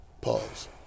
Pause